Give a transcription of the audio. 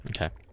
Okay